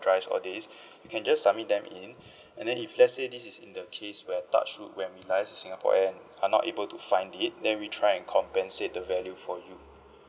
hard drives all these you can just submit them in and then if let's say this is in the case where touch wood when we liaise with singapore air and are not able to find it then we try and compensate the value for you